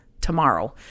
tomorrow